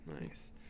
Nice